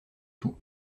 tout